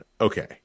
okay